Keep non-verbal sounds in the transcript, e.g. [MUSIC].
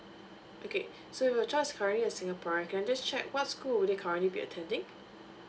okay [BREATH] so if your child is currently a singaporean can I just check what school would they be currently attending